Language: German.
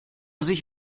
sich